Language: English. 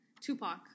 Tupac